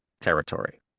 territory